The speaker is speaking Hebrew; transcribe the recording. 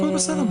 הכול בסדר,